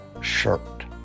shirt